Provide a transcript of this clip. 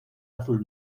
azul